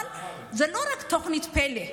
אבל זאת לא רק תוכנית פל"א,